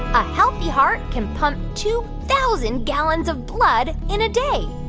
a healthy heart can pump two thousand gallons of blood in a day?